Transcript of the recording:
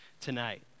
tonight